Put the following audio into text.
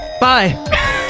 Bye